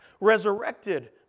resurrected